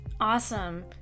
Awesome